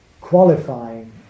qualifying